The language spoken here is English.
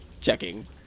Checking